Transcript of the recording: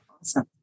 Awesome